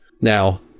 Now